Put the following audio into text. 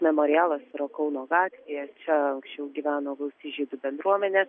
memorialas yra kauno gatvėje čia anksčiau gyveno gausi žydų bendruomenė